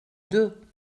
deux